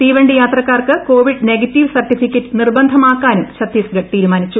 തീവണ്ടി യാത്രക്കാർക്ക് Covid negative certificate നിർബന്ധമാക്കാനും ഛത്തീസ്ഗഢ് തീരുമാ നിച്ചു